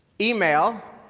email